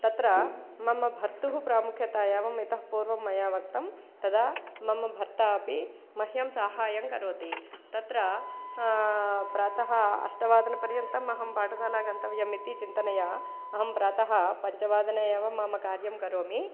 तत्र मम भर्तुः प्रामुख्यता यावत् इतः पूर्वं मया उक्तं तदा मम भर्ता अपि मह्यं साहाय्यं करोति तत्र प्रातः अष्टवादनपर्यन्तम् अहं पाठशाला गन्तव्यम् इति चिन्तया अहं प्रातः पञ्चवादनेयावं मम कार्यं करोमि